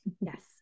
Yes